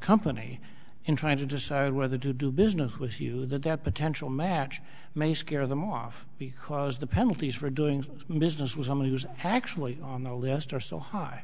company in trying to decide whether to do business with you that that potential match may scare them off because the penalties for doing business with someone who's actually on the list are so high